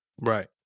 Right